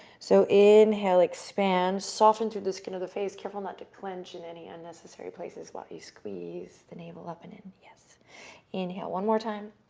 so, inhale, expand, soften through the skin of the face. careful not to clench in any unnecessary places while you squeeze the navel up and in. yes. and inhale, one more time.